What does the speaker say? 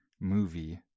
movie